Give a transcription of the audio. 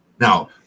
Now